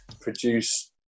produce